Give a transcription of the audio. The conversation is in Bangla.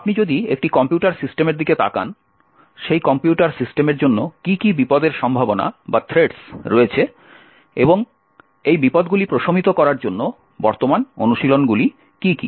আপনি যদি একটি কম্পিউটার সিস্টেমের দিকে তাকান সেই কম্পিউটার সিস্টেমের জন্য কী কী বিপদের সম্ভাবনা রয়েছে এবং এই বিপদগুলি প্রশমিত করার জন্য বর্তমান অনুশীলনগুলি কী কী